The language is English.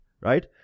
right